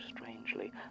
strangely